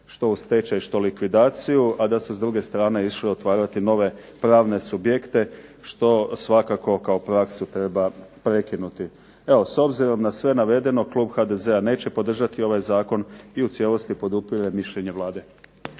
što u stečaj što u likvidaciji, a da su s druge strane išli otvarati nove pravne subjekte što svakako kao praksu treba prekinuti. Evo s obzirom na sve navedeno klub HDZ-a neće podržati ovaj zakon i u cijelosti podupire mišljenje Vlade.